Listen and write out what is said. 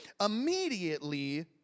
Immediately